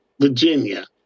Virginia